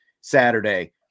Saturday